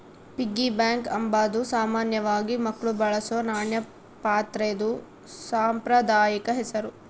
piggy bank ಅಂಬಾದು ಸಾಮಾನ್ಯವಾಗಿ ಮಕ್ಳು ಬಳಸೋ ನಾಣ್ಯ ಪಾತ್ರೆದು ಸಾಂಪ್ರದಾಯಿಕ ಹೆಸುರು